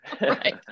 Right